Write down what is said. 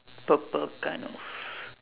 purple kind of